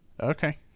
Okay